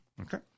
Okay